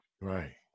Right